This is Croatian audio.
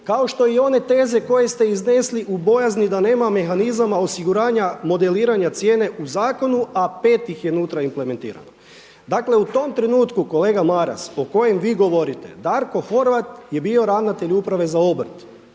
Kao što i one teze koje ste iznesli u bojazni da nema mehanizama, osiguranja, modeliranja cijene u zakonu a 5 ih je unutra implementirano. Dakle u tom trenutku kolega Maras o kojem vi govorite Darko Horvat je bio ravnatelj uprave za obrt,